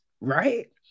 right